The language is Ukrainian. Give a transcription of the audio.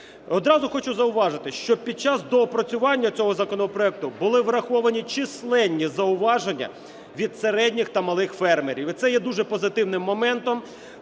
Одразу хочу зауважити, що під час доопрацювання цього законопроекту були враховані численні зауваження від середніх та малих фермерів, і це є дуже позитивним моментом.